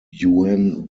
yuen